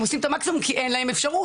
עושים את המקסימום כי אין להם אפשרות.